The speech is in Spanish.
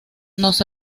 nos